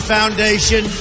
Foundation